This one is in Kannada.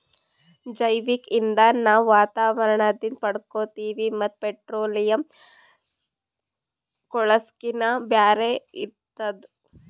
ಜೈವಿಕ್ ಇಂಧನ್ ನಾವ್ ವಾತಾವರಣದಿಂದ್ ಪಡ್ಕೋತೀವಿ ಮತ್ತ್ ಪೆಟ್ರೋಲಿಯಂ, ಕೂಳ್ಸಾಕಿನ್ನಾ ಬ್ಯಾರೆ ಇರ್ತದ